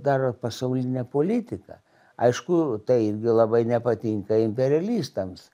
daro pasaulinę politiką aišku tai irgi labai nepatinka imperialistams